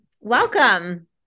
Welcome